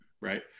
Right